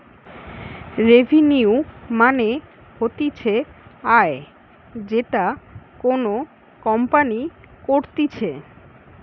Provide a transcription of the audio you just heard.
revenue মানে হতিছে আয় যেটা কোনো কোম্পানি করতিছে